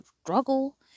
struggle